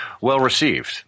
well-received